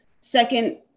second